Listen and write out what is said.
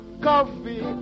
coffee